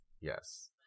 yes